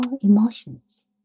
emotions